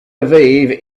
aviv